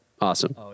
awesome